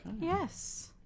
Yes